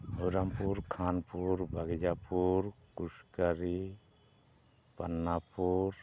Harirampur Khanpur Bagjapur Kuskari Pannapur